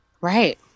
Right